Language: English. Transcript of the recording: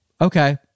Okay